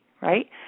right